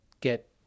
get